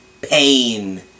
Pain